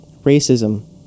racism